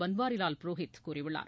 பன்வாரிலால் புரோஹித் கூறியுள்ளார்